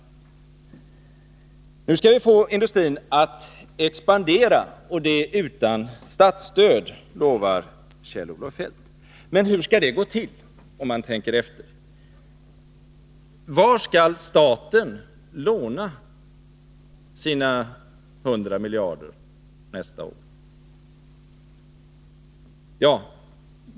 Nu skall vi få industrin att expandera, och det utan statsstöd, lovar Kjell-Olof Feldt. Men hur skall det gå till? Var skall staten låna sina 100 Nr 35 miljarder kronor nästa år?